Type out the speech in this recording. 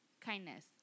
Kindness